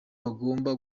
bagomba